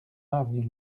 avenue